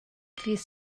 ddydd